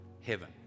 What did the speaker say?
heaven